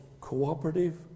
cooperative